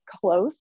close